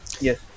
Yes